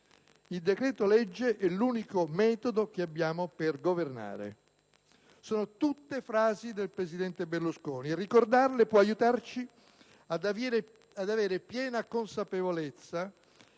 "Il decreto-legge è l'unico metodo che abbiamo per governare". Sono tutte frasi del presidente Berlusconi e ricordarle può aiutarci ad avere piena consapevolezza